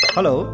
Hello